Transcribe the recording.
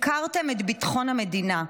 הפקרתם את ביטחון המדינה.